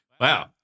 Wow